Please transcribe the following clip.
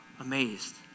amazed